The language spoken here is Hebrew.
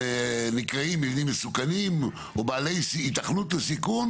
נקראים מבנים מסוכנים או בעלי היתכנות לסיכון,